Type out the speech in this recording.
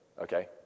Okay